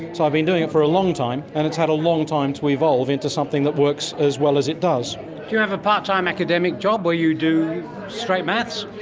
so i've been doing it for a long time, and it's had a long time to evolve into something that works as well as it does. do you have a part-time academic job where you do straight maths?